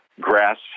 grass